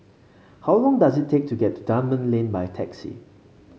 how long does it take to get to Dunman Lane by taxi